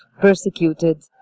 persecuted